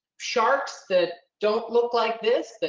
sharks that don't look like this, but